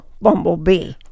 bumblebee